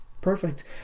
perfect